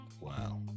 Wow